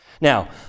Now